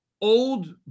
old